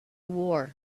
war